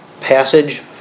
passage